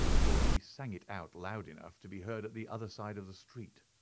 for she sang it out loud enough to be heard at the other side of the street,